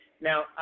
Now